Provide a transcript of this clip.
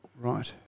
Right